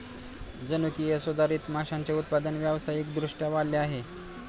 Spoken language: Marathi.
जनुकीय सुधारित माशांचे उत्पादन व्यावसायिक दृष्ट्या वाढले आहे